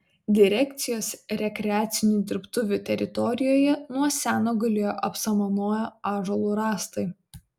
direkcijos rekreacinių dirbtuvių teritorijoje nuo seno gulėjo apsamanoję ąžuolų rąstai